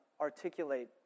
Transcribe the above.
articulate